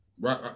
Right